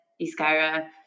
Iskaira